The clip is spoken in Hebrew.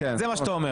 זה מה שאתה אומר.